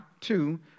two